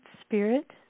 spirit